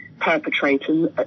perpetrators